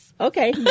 Okay